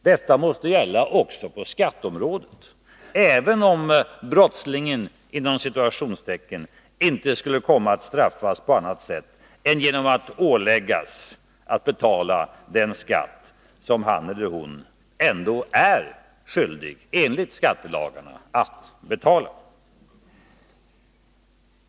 Detta måste gälla också på skatteområdet, även om ”brottslingen” inte skulle komma att straffas på annat sätt än genom att åläggas att betala den skatt som han eller hon ändå enligt skattelagen är skyldig att betala.